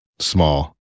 Small